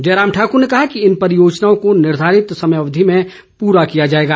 जयराम ठाकुर ने कहा कि इन परियोजनाओं को निर्धारित समय अवधि में पूरा किया जाएगा